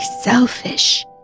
selfish